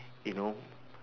you know